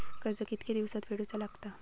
कर्ज कितके दिवसात फेडूचा लागता?